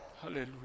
Hallelujah